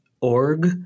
org